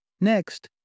Next